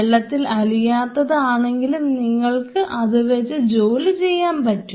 വെള്ളത്തിൽ അലിയാത്തത് ആണെങ്കിലും നിങ്ങൾക്ക് ഇത് വെച്ച് ജോലി ചെയ്യാൻ പറ്റും